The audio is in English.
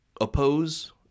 oppose